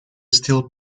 steel